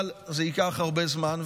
אבל זה ייקח הרבה זמן.